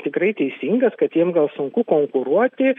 tikrai teisingas kad jiem gal sunku konkuruoti